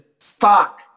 Fuck